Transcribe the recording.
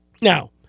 Now